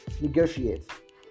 negotiate